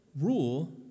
rule